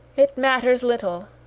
it matters little,